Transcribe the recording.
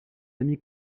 amis